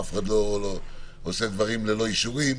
אף אחד לא עושה דברים ללא אישורים,